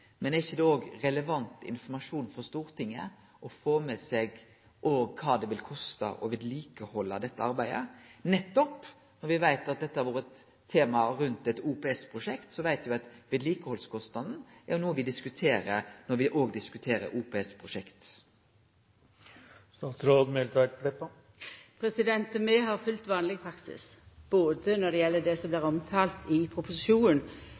Men er det ikkje òg relevant informasjon for Stortinget å få med seg kva det vil koste å halde ved like dette arbeidet? Når vi veit at dette har vore eit tema rundt eit OPS-prosjekt, veit me at nettopp vedlikehaldskostnaden er noko me diskuterer når me òg diskuterer OPS-prosjekt. Vi har følgt vanleg praksis når det gjeld det som blir omtala i proposisjonen.